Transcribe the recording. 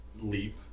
leap